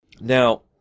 Now